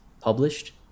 published